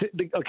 okay